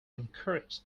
encouraged